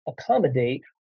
accommodate